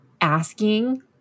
asking